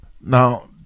Now